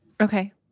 Okay